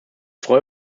freue